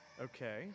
Okay